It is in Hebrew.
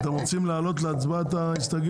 רוצה לנמק את ההסתייגויות?